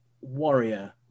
warrior